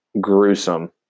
gruesome